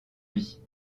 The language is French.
vie